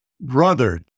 brother